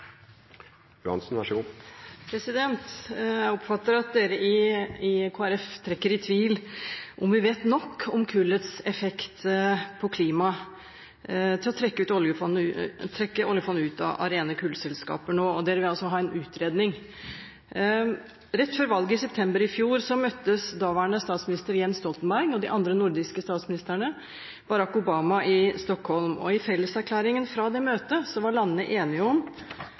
Jeg oppfatter at dere i Kristelig Folkeparti trekker i tvil om vi vet nok om kullets effekt på klimaet til å trekke oljefondet ut av rene kullselskaper nå, og dere vil altså ha en utredning. Rett før valget i september i fjor møtte daværende statsminister Jens Stoltenberg og de andre nordiske statsministerne Barack Obama i Stockholm. I felleserklæringen fra møtet var landene enige om